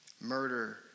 murder